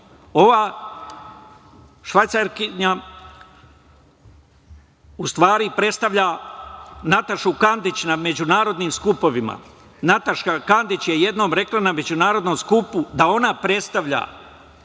Ova Švajcarkinja u stvari predstavlja Natašu Kandić na međunarodnim skupovima. Nataša Kandić je jednom rekla na međunarodnom skupu da ona predstavlja,